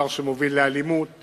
דבר שמוביל לאלימות